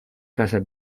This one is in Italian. casa